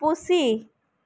ᱯᱩᱥᱤ